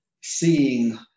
seeing